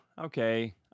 Okay